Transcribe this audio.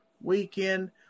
weekend